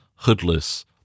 hoodless